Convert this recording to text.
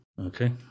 Okay